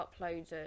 uploaded